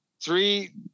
Three